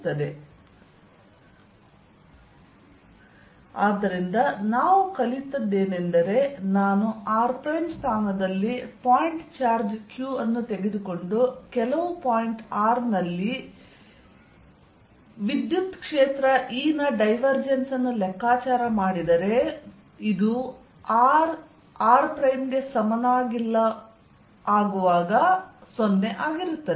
Ex∂xEy∂yEz∂zq4π03r r3 3r r2r r50 for rr ಆದ್ದರಿಂದ ನಾವು ಕಲಿತದ್ದೇನೆಂದರೆ ನಾನು r ಸ್ಥಾನದಲ್ಲಿ ಪಾಯಿಂಟ್ ಚಾರ್ಜ್ q ಅನ್ನು ತೆಗೆದುಕೊಂಡು ಕೆಲವು ಪಾಯಿಂಟ್ r ನಲ್ಲಿ E ನ ಡೈವರ್ಜೆನ್ಸ್ ಅನ್ನು ಲೆಕ್ಕಾಚಾರ ಮಾಡಿದರೆ ಇದು r≠r ಕ್ಕೆ 0 ಆಗಿರುತ್ತದೆ